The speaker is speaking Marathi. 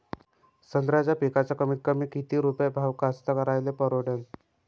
संत्र्याचा पिकाचा कमीतकमी किती रुपये भाव कास्तकाराइले परवडन?